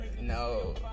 No